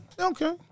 okay